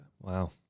Wow